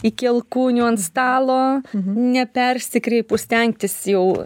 iki alkūnių ant stalo nepersikreipus stengtis jau